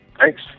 Thanks